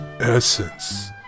essence